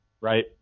right